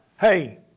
Hey